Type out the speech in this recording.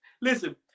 Listen